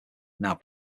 now